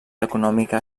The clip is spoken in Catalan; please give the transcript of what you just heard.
econòmica